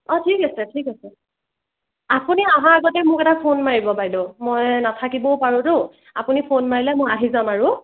অঁ ঠিক আছে ঠিক আছে আপুনি অহাৰ আগতে মোক এটা ফোন মাৰিব বাইদেউ মই নাথাকিবও পাৰোঁতো আপুনি ফোন মাৰিলে মই আহি যাম আৰু